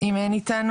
אם אין איתנו,